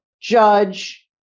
judge